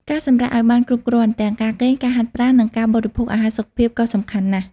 ការសម្រាកឱ្យបានគ្រប់គ្រាន់ ទាំងការគេង ការហាត់ប្រាណ និងការបរិភោគអាហារសុខភាពក៏សំខាន់ណាស់។